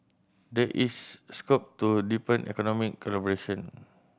there is scope to deepen economic collaboration